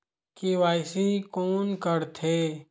KYC कोन करथे?